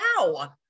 wow